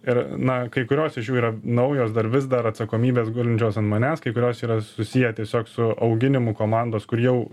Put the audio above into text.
ir na kai kurios iš jų yra naujos dar vis dar atsakomybės gulinčios ant manęs kai kurios yra susiję tiesiog su auginimu komandos kur jau